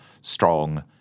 strong